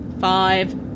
five